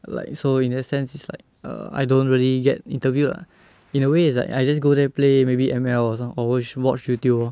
like so in that sense is like err I don't really get interviewed lah in a way it's like I just go there play maybe M_L or some or watch watch Youtube lor